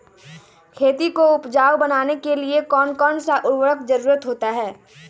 खेती को उपजाऊ बनाने के लिए कौन कौन सा उर्वरक जरुरत होता हैं?